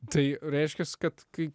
tai reiškias kad kai